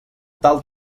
tal